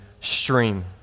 stream